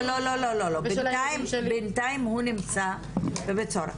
לא, בינתיים הוא נמצא בבית הסוהר.